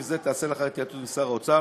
זה תיעשה לאחר התייעצות עם שר האוצר